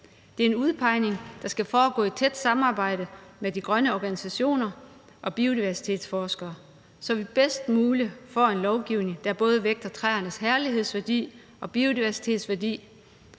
Det er en udpegning, der skal foregå i tæt samarbejde med de grønne organisationer og biodiversitetsforskere, så vi bedst muligt får en lovgivning, der både vægter træernes herlighedsværdi og biodiversitetsværdi